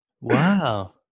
Wow